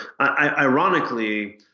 ironically